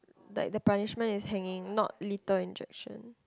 like the punishment is hanging not lethal injection